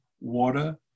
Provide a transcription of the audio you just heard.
water